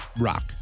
rock